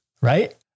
Right